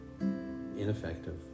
ineffective